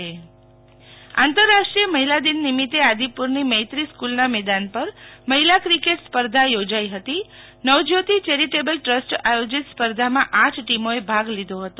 શીતલ વૈશ્વવ મહિલા દિન આદિપ આંતરરાષ્ટ્રીય મહિલા દિન નિમિતે આદિપુરની મૈત્રી સ્કુલના મેદાન પર મહિલા ક્રિકેટ સ્પર્ધા યોજાઈ હતી નવજ્યોતિ ચેરીટેબલ ટ્રસ્ટ આયોજિત સ્પર્ધામાં આઠ ટીમોએ ભાગ લીધો હતો